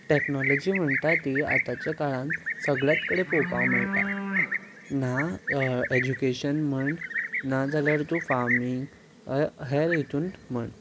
technology म्हणटा ती आतांच्या काळांत सगळ्याच कडेन पळोवपाक मेळटा ना एज्युकेशन म्हण ना जाल्यार तूं फार्मींग हेर हितून म्हण